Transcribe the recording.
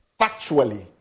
factually